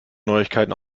neuigkeiten